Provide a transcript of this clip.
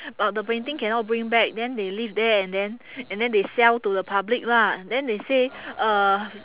but the painting cannot bring back then they leave there and then and then they sell to the public lah then they say uh